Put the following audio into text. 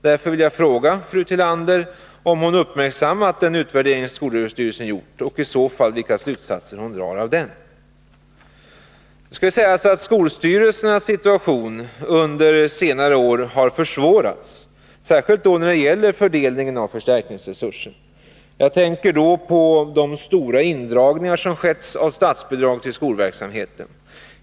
Därför vill jag fråga fru Tillander om hon uppmärksammat den utvärdering som skolöverstyrelsen gjort och i så fall vilka slutsatser hon drar av den. Nu skall det också sägas att skolstyrelsernas situation under senare år har försvårats, särskilt när det gäller fördelningen av förstärkningsresursen. Jag tänker då på de stora indragningar av statsbidrag till skolverksamheten som skett.